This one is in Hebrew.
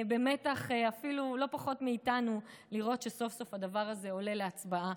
במתח לא פחות מאיתנו לראות שסוף-סוף הדבר הזה עולה להצבעה.